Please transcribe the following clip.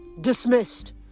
Dismissed